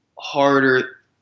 harder –